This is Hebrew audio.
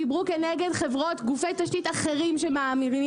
אלא דיברו כנגד חברות גופי תשתית אחרים שמערימות